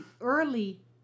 early